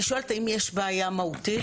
אני שואלת: האם יש בעיה מהותית?